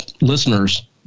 listeners